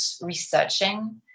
researching